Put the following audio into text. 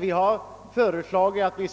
Vi